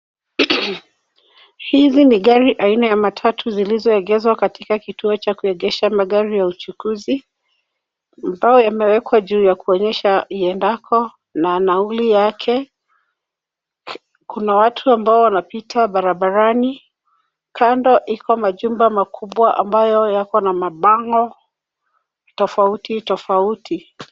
Hizi ni gari aina ya matatu zilizo egezwa katika kituo cha kuegesha magari ya uchukuzi. Mabao yamewekwa juu kuonyesha iendako na nauli yake. Kuna watu ambao wanapita barabarani. Kando iko majumba makubwa ambayo yako na mabango tofauti tofauti.